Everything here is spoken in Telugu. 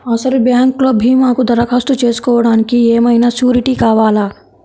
అసలు బ్యాంక్లో భీమాకు దరఖాస్తు చేసుకోవడానికి ఏమయినా సూరీటీ కావాలా?